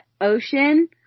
ocean